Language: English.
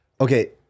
Okay